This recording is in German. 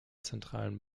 zentralen